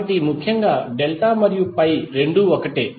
కాబట్టి ముఖ్యంగా డెల్టా మరియు పై రెండూ ఒకటే